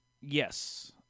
Yes